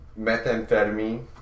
methamphetamine